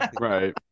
right